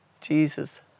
Jesus